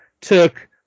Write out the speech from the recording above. took